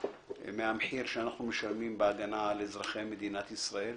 מהמחיר שאנו משלמים בהגנה על אזרחי מדינת ישראל.